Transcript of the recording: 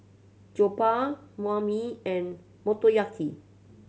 Jokbal Banh Mi and Motoyaki